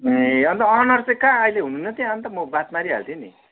ए अन्त ओनर कहाँ अहिले हुनु हुन्न त्यहाँ अन्त म बात मारिहाल्थेँ नि